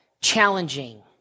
challenging